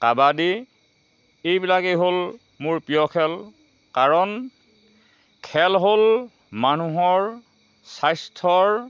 কাবাডী এইবিলাকেই হ'ল মোৰ প্ৰিয় খেল কাৰণ খেল হ'ল মানুহৰ স্বাস্থ্যৰ